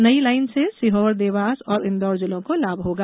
नई लाइन से सीहोर देवास तथा इंदौर जिलों को लाभ होगा